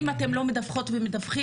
אם אתם לא מדווחות ומדווחים,